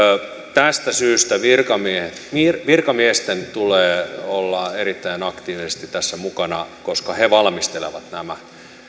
tästä syystä virkamiesten tulee olla erittäin aktiivisesti tässä mukana koska he valmistelevat nämä